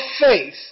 faith